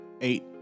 eight